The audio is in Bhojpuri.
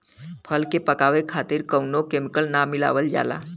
फल के पकावे खातिर कउनो केमिकल ना मिलावल जाला